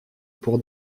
pour